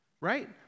right